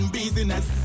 business